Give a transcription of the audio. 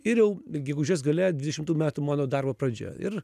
ir jau gegužės gale dvidešimtų metų mano darbo pradžia ir